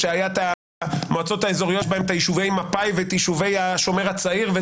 שהיו המועצות האזוריות שיש בהן יישובי מפא"י ויישובי השומר הצעיר,